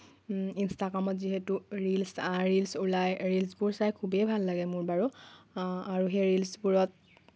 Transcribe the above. ইনষ্টাগ্ৰামত যিহেতু reels reels ওলায় ৰীলচবোৰ চাই খুবেই ভাল লাগে মোৰ বাৰু আৰু সেই ৰীলচবোৰত